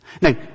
Now